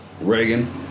Reagan